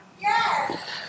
Yes